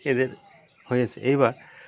এদের হয়েছে এইবার